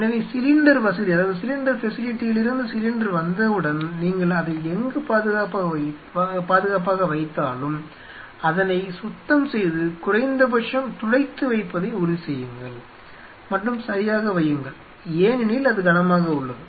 எனவே சிலிண்டர் வசதியிலிருந்து சிலிண்டர் வந்தவுடன் நீங்கள் அதை எங்கு பாதுகாப்பாக வைத்தாலும் அதனை சுத்தம் செய்து குறைந்தபட்சம் துடைத்து வைப்பதை உறுதி செய்யுங்கள் மற்றும் சரியாக வையுங்கள் ஏனெனில் அது கனமாக உள்ளது